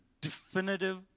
definitive